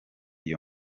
iyo